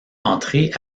entré